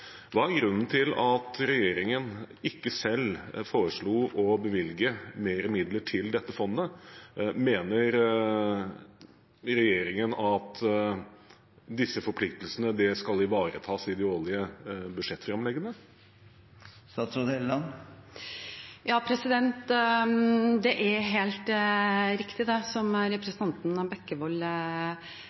Hva er grunnen til at regjeringen ikke selv foreslo å bevilge mer midler til dette fondet? Mener regjeringen at disse forpliktelsene skal ivaretas i de årlige budsjettframleggene? Det er helt riktig som representanten Bekkevold